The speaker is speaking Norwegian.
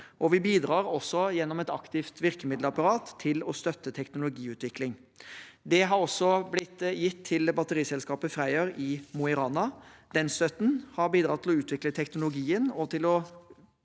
Vi bidrar også gjennom et aktivt virkemiddelapparat til å støtte teknologiutvikling. Det har også blitt gitt til batteriselskapet Freyr i Mo i Rana. Den støtten har bidratt til å utvikle teknologien og til å